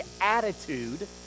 attitude